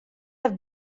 have